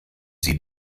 sie